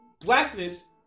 blackness